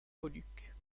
moluques